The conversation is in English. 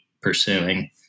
pursuing